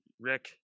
Rick